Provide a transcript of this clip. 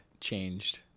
changed